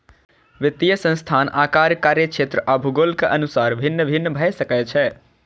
वित्तीय संस्थान आकार, कार्यक्षेत्र आ भूगोलक अनुसार भिन्न भिन्न भए सकै छै